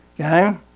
Okay